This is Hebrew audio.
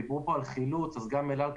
דיברו פה על חילוץ, אז גם אל על,